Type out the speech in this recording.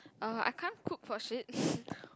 err I can't cook for shit